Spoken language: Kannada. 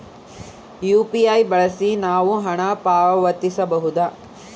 ಯು.ಪಿ.ಐ ಬಳಸಿ ನಾವು ಹಣ ಪಾವತಿಸಬಹುದಾ?